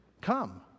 come